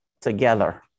together